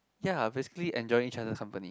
ya basically enjoying each other's company